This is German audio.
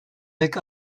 weg